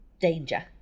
danger